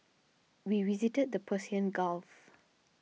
we visited the Persian Gulf